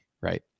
right